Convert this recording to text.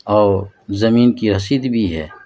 اور زمین کی رسید بھی ہے